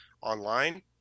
online